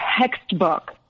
textbook